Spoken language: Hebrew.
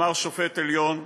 אמר שופט עליון,